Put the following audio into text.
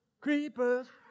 creepers